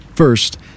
First